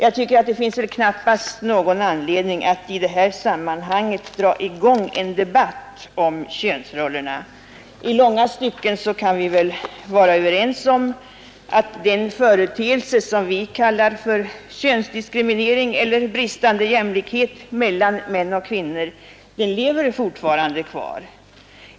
Det finns knappast någon anledning att i det här sammanhanget dra i gång en debatt om könsrollerna. I långa stycken kan vi väl vara överens. Den företeelse som kallas för könsdiskriminering eller bristande jämlikhet mellan män och kvinnor lever kvar fortfarande.